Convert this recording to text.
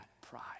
pride